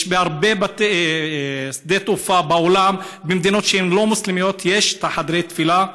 בהרבה שדות תעופה בעולם במדינות שהם לא מוסלמיות יש חדרי תפילה.